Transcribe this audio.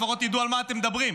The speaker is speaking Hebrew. לפחות תדעו על מה אתם מדברים,